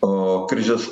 o krizės